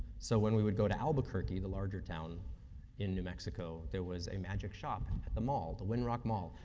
so, when we would go to albuquerque, the larger town in new mexico, there was a magic shop at the mall, the winrock mall,